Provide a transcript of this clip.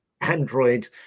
Android